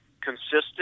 consistent